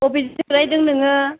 अबेयाव जिरायदों नोङो